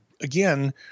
again